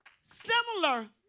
similar